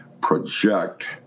project